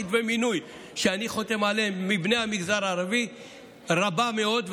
המגזר הערבי בכתבי המינוי שאני חותם עליהם רבה מאוד,